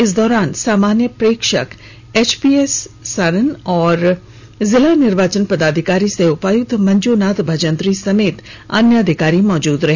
इस दौरान सामान्य प्रेक्षक एचपीएस सरन और जिला निर्वाचन पदाधिकारी सह उपायुक्त मंजुनाथ भजंत्री समेत अन्य अधिकारी मौजूद रहे